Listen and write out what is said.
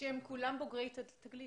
שהם כולם בוגרי תגלית?